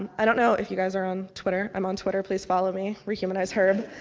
and i don't know if you guys are on twitter. i'm on twitter. please follow me rehumanizeherb.